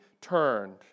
turned